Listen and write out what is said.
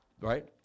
right